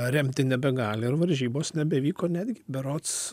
remti nebegali ir varžybos nebevyko netgi berods